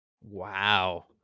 Wow